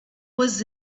was